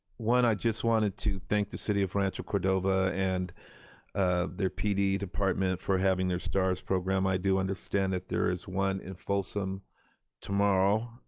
one, i just wanted to thank the city of rancho cordova and their pd department for having their stars program. i do understand that there is one in folsom tomorrow.